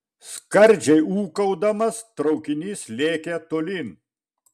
skardžiai ūkaudamas traukinys lėkė tolyn